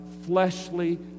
fleshly